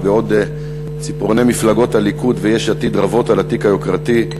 ובעוד ציפורני מפלגות הליכוד ויש עתיד רבות על התיק היוקרתי,